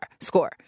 score